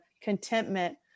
contentment